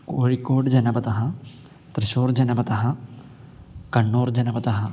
कोरिकोड् जनपदः त्रिशूर् जनपदः कण्णूर् जनपदः